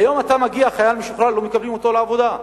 היום מגיע חייל משוחרר, לא מקבלים אותו לעבודה.